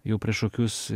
jau prieš kokius